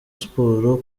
sport